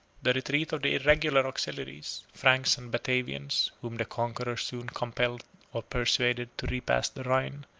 the retreat of the irregular auxiliaries, franks and batavians, whom the conqueror soon compelled or persuaded to repass the rhine,